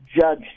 Judge